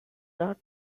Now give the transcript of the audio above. not